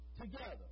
together